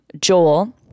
Joel